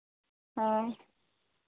ᱦᱳᱭ